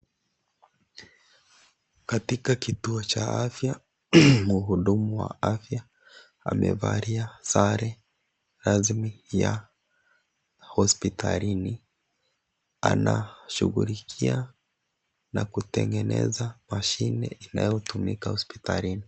Katika kituo cha afya mhudumu wa afya amevalia sare rasmi ya hospitalini anashugulikia na kutengeneza mashini inayotumika hospitalini.